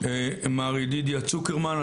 מר ידידיה צוקרמן.